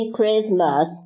Christmas